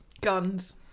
guns